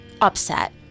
upset